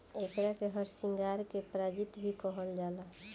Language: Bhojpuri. एकरा के हरसिंगार के प्रजाति भी कहल जाला